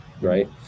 right